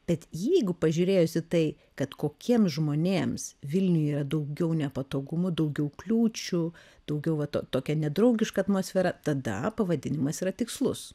bet jeigu pažiūrėjus į tai kad kokiems žmonėms vilniuje yra daugiau nepatogumų daugiau kliūčių daugiau vat to tokia nedraugiška atmosfera tada pavadinimas yra tikslus